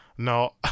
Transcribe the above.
No